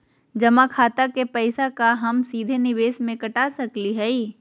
जमा खाता के पैसा का हम सीधे निवेस में कटा सकली हई?